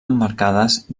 emmarcades